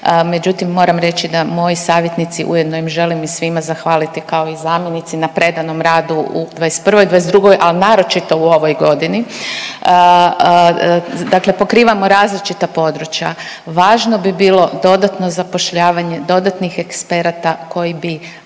Međutim, moram reći da moji savjetnici, ujedno im želim i svima zahvaliti kao i zamjenici na predanom radu u 21., 22., a naročito u ovoj godini, dakle, pokrivamo različita područja. Važno bi bilo dodatno zapošljavanje dodatnih eksperata koji bi